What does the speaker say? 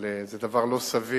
אבל זה דבר לא סביר